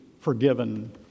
forgiven